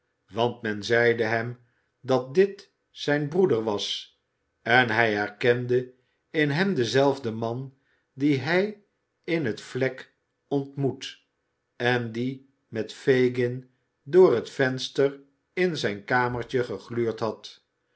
want men zeide hem dat dit zijn broeder was en hij herkende in hem denzelfden man dien hij in het vlek ontmoet en die met fagin door het venster in zijn kamertje gegluurd had